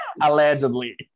Allegedly